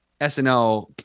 SNL